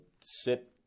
sit